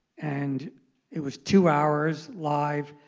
and it was two hours live,